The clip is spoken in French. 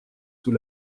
sous